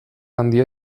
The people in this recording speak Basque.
handia